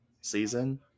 season